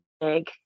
big